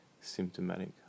symptomatic